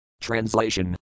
Translation